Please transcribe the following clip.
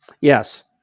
Yes